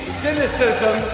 cynicism